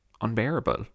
unbearable